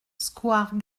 square